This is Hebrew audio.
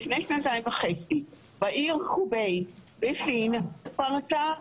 לפני שנתיים וחצי בעיר חוביי בסין פרצה מגפה.